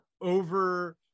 over